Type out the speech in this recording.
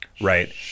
right